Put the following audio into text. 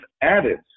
added